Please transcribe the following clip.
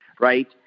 Right